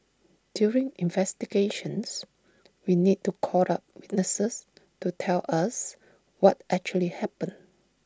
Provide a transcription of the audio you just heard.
during investigations we need to call up witnesses to tell us what actually happened